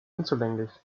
unzulänglich